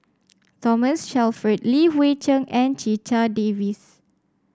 Thomas Shelford Li Hui Cheng and Checha Davies